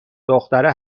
دختره